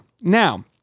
Now